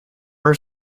are